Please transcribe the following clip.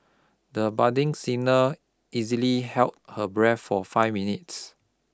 the budding singer easily held her breath for five minutes